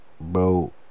bro